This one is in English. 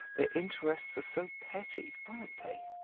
their interests are so petty, aren't they?